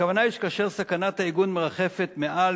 הכוונה היא שכאשר סכנת העיגון מרחפת מעל,